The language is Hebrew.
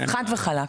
חד וחלק.